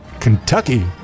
kentucky